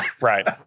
Right